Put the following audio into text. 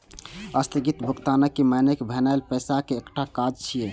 स्थगित भुगतानक मानक भेनाय पैसाक एकटा काज छियै